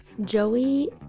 Joey